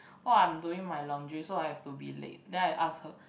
oh I'm doing my laundry so I have to be late then I ask her